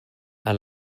and